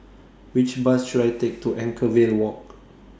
Which Bus should I Take to Anchorvale Walk